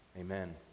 Amen